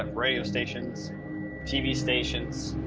um radio stations tv stations.